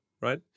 right